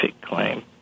claim